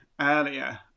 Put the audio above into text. earlier